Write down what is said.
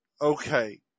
Okay